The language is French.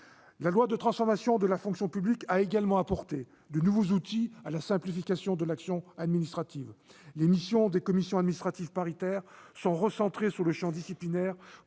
La loi de transformation de la fonction publique a également apporté de nouveaux outils au service de la simplification de l'action administrative : les missions des commissions administratives paritaires sont recentrées sur le champ disciplinaire